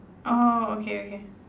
orh okay okay